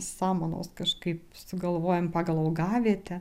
samanos kažkaip sugalvojam pagal augavietę